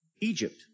Egypt